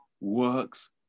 works